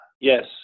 Yes